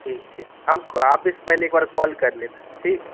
ठीक छै हम आबयसँ पहिले एकबार कॉल करि लेबै ठीक